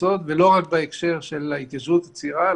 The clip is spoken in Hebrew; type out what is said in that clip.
לעשות ולא רק בהקשר של ההתיישבות הצעירה,